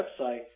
website